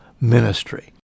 ministry